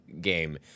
game